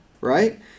right